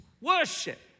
worship